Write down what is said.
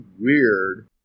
weird